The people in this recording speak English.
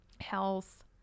health